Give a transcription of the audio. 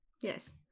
Yes